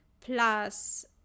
plus